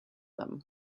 them